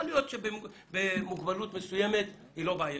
יכול להיות שמוגבלות מסוימת היא לא בעייתית,